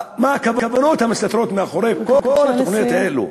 מה הכוונות המסתתרות מאחורי כל התוכניות האלה.